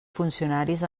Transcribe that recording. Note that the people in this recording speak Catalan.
funcionaris